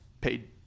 paid